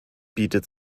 bietet